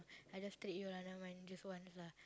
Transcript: I just treat you lah never mind just once lah